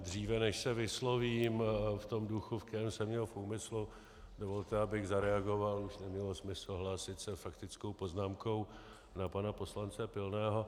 Dříve než se vyslovím v tom duchu, ve kterém jsem měl v úmyslu, dovolte, abych zareagoval, už nemělo smysl hlásit se faktickou poznámkou, na pana poslance Pilného.